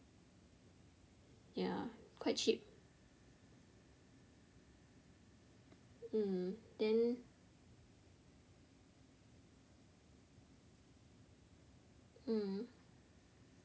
ya quite cheap mm then mm